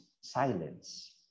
silence